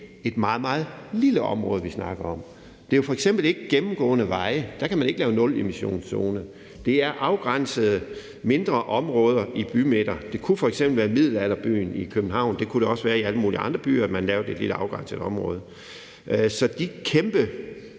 igen, et meget lille område, vi snakker om. Det er jo f.eks. ikke gennemgående veje. Der kan man ikke lave nulemissionszoner. Det er afgrænsede mindre områder i bymidter. Det kunne f.eks. være middelalderbyen i København, og det kunne også være i alle mulige andre byer, at man laver et lille afgrænset område. Så de kæmpe